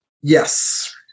yes